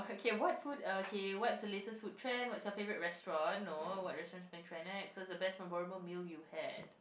okay what food okay what's latest food trend what's your favorite restaurant no no restaurant being trend so the best environment meal you had